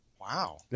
Wow